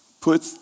put